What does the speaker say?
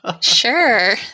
Sure